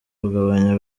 kugabanya